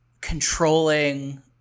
controlling